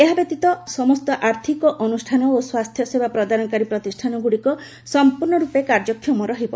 ଏହା ବ୍ୟତୀତ ସମସ୍ତ ଆର୍ଥିକ ଅନୁଷ୍ଠାନ ଓ ସ୍ୱାସ୍ଥ୍ୟସେବା ପ୍ରଦାନକାରୀ ପ୍ରତିଷ୍ଠାନଗୁଡ଼ିକ ସଂପୂର୍ଣ୍ଣର୍ପେ କାର୍ଯ୍ୟକ୍ଷମ ରହିବ